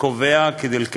שבו נקבע כדלקמן: